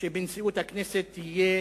שבנשיאות הכנסת יהיה